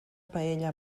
paella